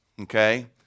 okay